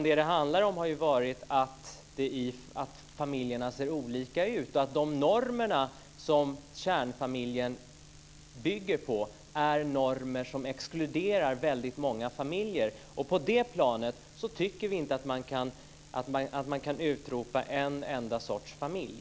Det handlar om att familjerna ser olika ut och att normerna som kärnfamiljen bygger på är normer som exkluderar väldigt många familjer. På det planet tycker vi inte att man kan utropa en enda sorts familj.